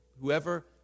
whoever